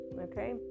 okay